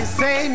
say